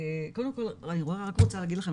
קודם הכול אני רק רוצה להגיד לכם,